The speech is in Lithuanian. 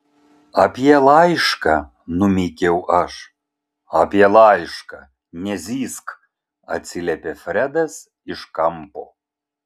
apie laišką numykiau aš apie laišką nezyzk atsiliepė fredas iš kampo